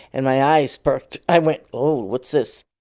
and my eyes perked. i went, oh, what's this?